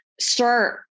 start